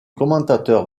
commentateur